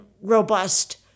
robust